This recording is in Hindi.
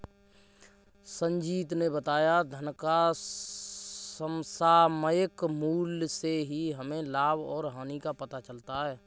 संजीत ने बताया धन का समसामयिक मूल्य से ही हमें लाभ और हानि का पता चलता है